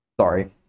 Sorry